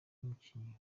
mukinnyi